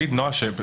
הזה.